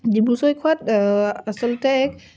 ডিব্ৰু ছৈখোৱাত আচলতে এক